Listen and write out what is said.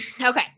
Okay